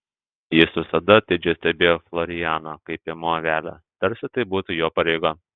jis visada atidžiai stebėjo florianą kaip piemuo avelę tarsi tai būtų jo pareiga